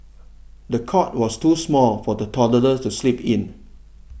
the cot was too small for the toddler to sleep in